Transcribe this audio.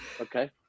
Okay